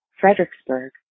Fredericksburg